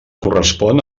correspon